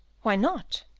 why not?